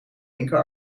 linker